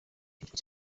cyiciro